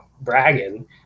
bragging